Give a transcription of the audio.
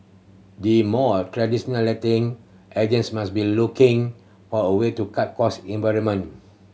the more traditional letting agents must be looking for a way to cut cost in environment